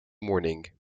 morning